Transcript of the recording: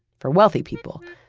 for wealthy people.